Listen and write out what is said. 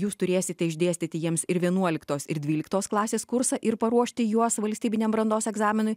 jūs turėsite išdėstyti jiems ir vienuoliktos ir dvyliktos klasės kursą ir paruošti juos valstybiniam brandos egzaminui